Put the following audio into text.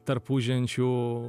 tarp ūžiančių